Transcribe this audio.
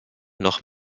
noch